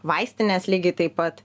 vaistinės lygiai taip pat